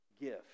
gift